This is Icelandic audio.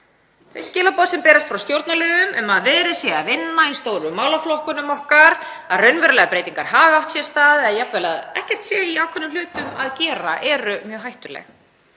Þau skilaboð sem berast frá stjórnarliðum, um að verið sé að vinna í stóru málaflokkunum okkar, að raunverulegar breytingar hafi átt sér stað eða jafnvel að ekkert sé hægt að gera í ákveðnum hlutum, eru mjög hættuleg